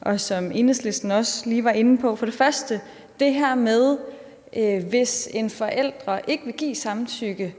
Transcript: og som Enhedslisten også var inde på. For det første er der situationen, hvis en forælder ikke vil give samtykke –